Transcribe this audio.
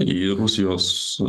į rusijos